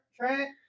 Trent